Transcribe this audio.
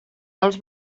als